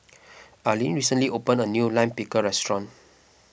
Aline recently opened a new Lime Pickle restaurant